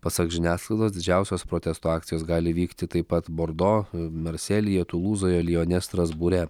pasak žiniasklaidos didžiausios protesto akcijos gali vykti taip pat bordo marselyje tulūzoje lijone strasbūre